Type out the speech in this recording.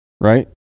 right